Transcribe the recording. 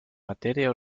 materia